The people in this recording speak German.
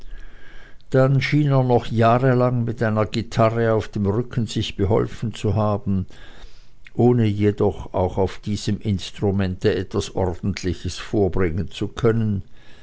dann schien er noch jahrelang mit einer gitarre auf dem rücken sich beholfen zu haben ohne jedoch auch auf diesem instrumente etwas ordentliches vorbringen zu können